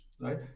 right